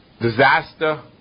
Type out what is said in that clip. disaster